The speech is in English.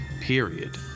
period